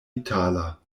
itala